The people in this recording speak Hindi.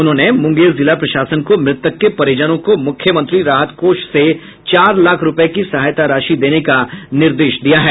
उन्होंने मुंगेर जिला प्रशासन को मृतक के परिजनों को मुख्यमंत्री राहत कोष से चार लाख रूपये की सहायता राशि देने का निर्देश दिया है